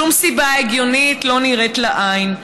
שום סיבה הגיונית לא נראית לעין,